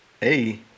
Hey